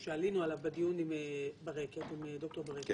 היא נוגעת למשהו שעלינו עליו בדיון עם ד"ר ברקת